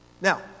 Now